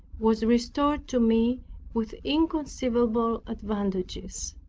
was restored to me with inconceivable advantages.